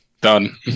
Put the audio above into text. done